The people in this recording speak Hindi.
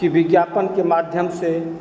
कि विज्ञापन के माध्यम से